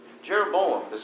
Jeroboam